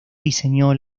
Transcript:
diseñó